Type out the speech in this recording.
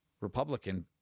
Republican